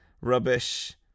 rubbish